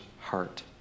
heart